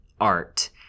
art